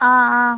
ஆஆ